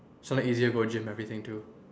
so then easier to go gym everything too